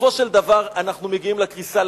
בסופו של דבר אנחנו מגיעים לקריסה.